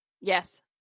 Yes